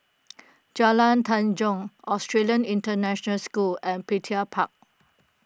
Jalan Tanjong Australian International School and Petir Park